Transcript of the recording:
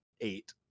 Eight